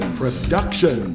production